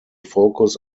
focus